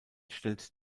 stellt